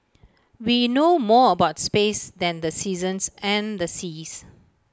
we know more about space than the seasons and the seas